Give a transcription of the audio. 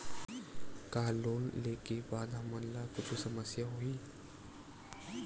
का लोन ले के बाद हमन ला कुछु समस्या होही?